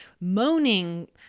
moaning